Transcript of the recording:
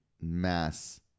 mass